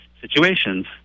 situations